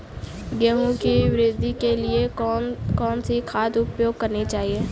गेहूँ की वृद्धि के लिए कौनसी खाद प्रयोग करनी चाहिए?